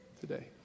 today